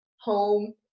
home